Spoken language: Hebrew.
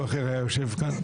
הוא מטפל בזה בעניין חקיקה.